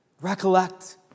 Recollect